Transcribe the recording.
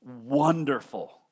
wonderful